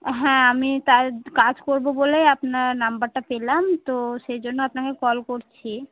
হ্যাঁ আমি তার কাজ করবো বলে আপনার নম্বরটা পেলাম তো সেই জন্য আপনাকে কল করছি